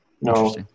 no